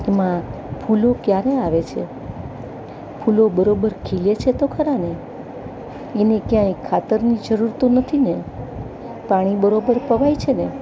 એમાં ફૂલો ક્યારે આવે છે ફૂલો બરોબર ખીલે છે તો ખરાને એને ક્યાંય ખાતરની જરૂર તો નથી ને પાણી બરોબર પવાય છે ને